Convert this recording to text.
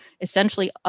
essentially